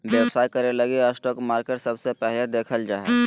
व्यवसाय करे लगी स्टाक मार्केट सबसे पहले देखल जा हय